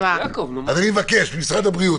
אני מבקש ממשרד הבריאות,